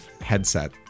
headset